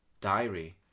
diary